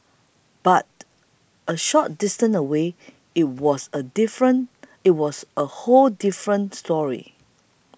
but a short distance away it was a different it was a whole different story